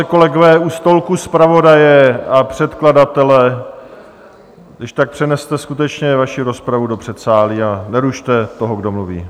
Kolegové u stolku zpravodaje a předkladatele přeneste skutečně vaši rozpravu do předsálí a nerušte toho, kdo mluví.